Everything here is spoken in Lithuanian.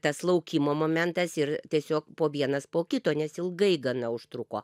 tas laukimo momentas ir tiesiog po vienas po kito nes ilgai gana užtruko